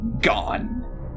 gone